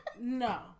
No